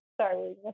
Sorry